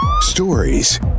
Stories